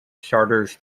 charters